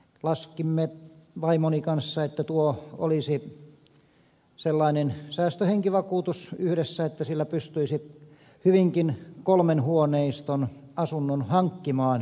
laskimme vaimoni kanssa että tuo säästöhenkivakuutus yhdessä olisi sellainen että sillä pystyisi hyvinkin kolmen huoneen asunnon hankkimaan kotipaikkakunnalta